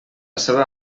seva